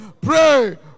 Pray